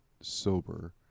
sober